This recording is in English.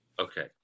Okay